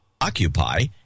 Occupy